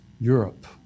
Europe